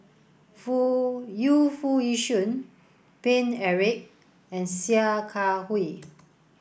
Foo Yu Foo Yee Shoon Paine Eric and Sia Kah Hui